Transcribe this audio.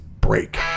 break